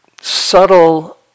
subtle